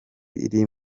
iri